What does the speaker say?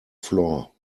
flaw